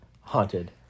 haunted